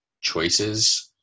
choices